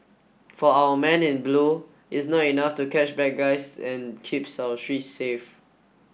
for our men in blue it's not enough to catch bad guys and keeps our streets safe